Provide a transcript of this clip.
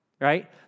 right